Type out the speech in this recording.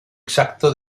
exacto